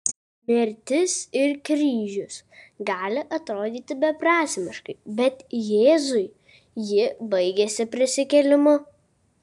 mirtis ir kryžius gali atrodyti beprasmiškai bet jėzui ji baigėsi prisikėlimu